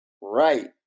Right